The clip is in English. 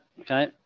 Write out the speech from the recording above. okay